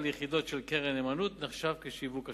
ליחידות של קרן נאמנות נחשב שיווק השקעות.